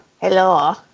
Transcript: Hello